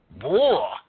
war